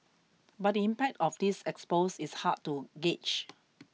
but the impact of this expose is hard to gauge